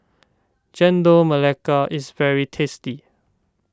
Chendol Melaka is very tasty